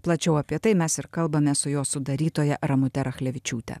plačiau apie tai mes ir kalbame su jos sudarytoja ramute rachlevičiūte